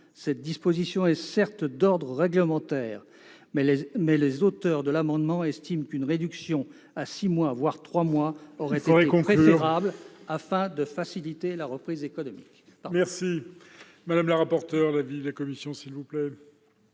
Cette disposition est certes d'ordre réglementaire, mais nous estimons qu'une réduction à six mois, voire trois mois, aurait été préférable afin de faciliter la reprise économique.